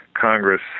Congress